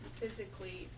physically